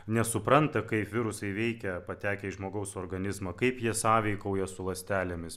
nesupranta kaip virusai veikia patekę į žmogaus organizmą kaip jie sąveikauja su ląstelėmis